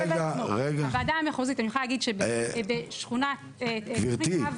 הוועדה המחוזית אני יכולה להגיד שבתוכנית אב